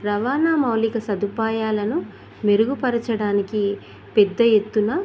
రవాణా మౌలిక సదుపాయాలను మెరుగుపరచడానికి పెద్ద ఎత్తున